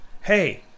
hey